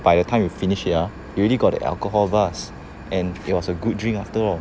by the time you finish ya you already got the alcohol with us and it was a good drink after all